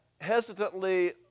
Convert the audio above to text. hesitantly